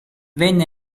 venne